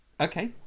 Okay